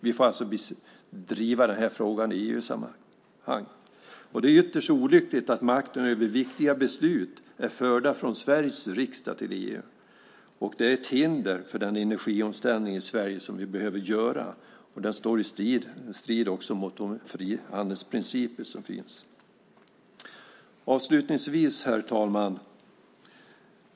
Vi får alltså driva den här frågan i EU-sammanhang. Det är ytterst olyckligt att makten över viktiga beslut är förd från Sveriges riksdag till EU. Det är ett hinder för den energiomställning som vi behöver göra i Sverige. Det står också i strid mot de frihandelsprinciper som finns. Fru talman!